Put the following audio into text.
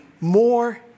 more